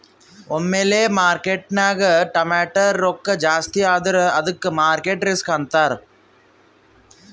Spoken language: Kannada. ಒಮ್ಮಿಲೆ ಮಾರ್ಕೆಟ್ನಾಗ್ ಟಮಾಟ್ಯ ರೊಕ್ಕಾ ಜಾಸ್ತಿ ಆದುರ ಅದ್ದುಕ ಮಾರ್ಕೆಟ್ ರಿಸ್ಕ್ ಅಂತಾರ್